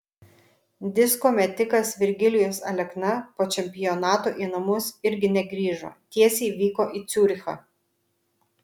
disko metikas virgilijus alekna po čempionato į namus irgi negrįžo tiesiai vyko į ciurichą